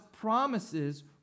promises